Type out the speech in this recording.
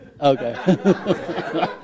Okay